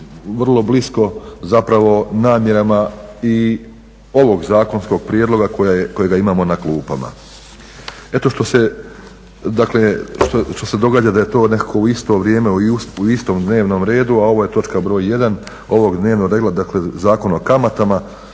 vrlo blisko zapravo namjerama i ovog zakonskog prijedloga kojega imamo na klupama. Eto što se, dakle što se događa da je to nekako u isto vrijeme i u istom dnevnom redu, a ovo je točka br. 1. ovog dnevnog reda, dakle Zakon o kamatama,